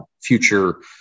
future